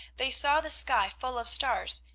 they saw the sky full of stars,